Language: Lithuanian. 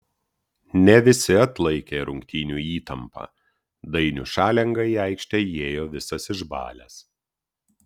ne visi atlaikė rungtynių įtampą dainius šalenga į aikštę įėjo visas išbalęs